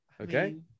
Okay